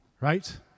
right